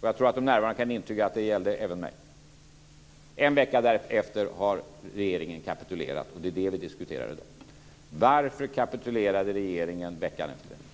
och jag tror att de närvarande kan intyga att det gällde även mig. En vecka därefter kapitulerade regeringen, och det är det som vi diskuterar i dag. Varför kapitulerade regeringen veckan efter detta?